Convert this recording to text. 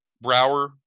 Brower